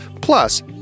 Plus